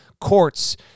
courts